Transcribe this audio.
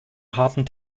harten